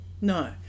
no